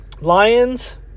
Lions